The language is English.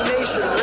Nation